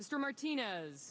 mr martinez